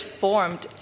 formed